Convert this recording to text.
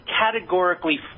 categorically